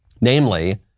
Namely